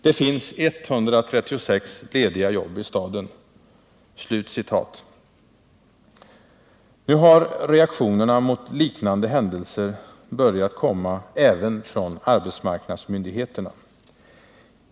Det finns 136 lediga jobb i staden.” Nu har reaktionerna mot liknande händelser börjat komma från arbetsmarknadsmyndigheterna.